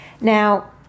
now